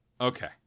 Okay